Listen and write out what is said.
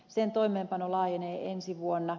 sen toimeenpano laajenee ensi vuonna